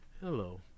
Hello